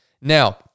now